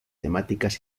temáticas